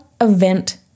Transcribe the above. event